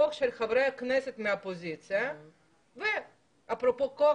הכוח של חברי הכנסת מהאופוזיציה מול הכוח